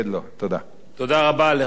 תודה רבה לחבר הכנסת אייכלר.